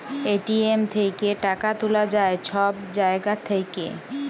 ATM থ্যাইকে টাকা তুলা যায় ছব জায়গা থ্যাইকে